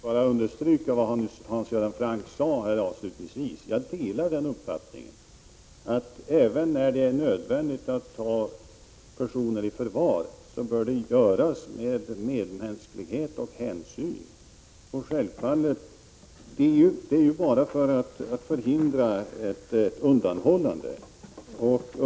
Fru talman! Jag vill bara understryka vad Hans Göran Franck inledningsvis sade. Jag delar uppfattningen att även när det är nödvändigt att ta personer i förvar bör det göras med medmänsklighet och hänsyn. Det är bara för att förhindra ett undanhållande som personer tas i förvar.